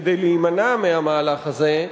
כדי להימנע מהמהלך הזה,